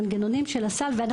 המנגנונים של הסל ואנחנו.